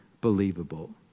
believable